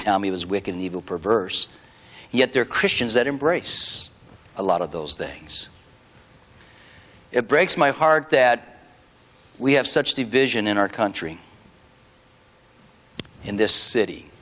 tell me was wicked evil perverse yet there are christians that embrace a lot of those things it breaks my heart that we have such division in our country in this city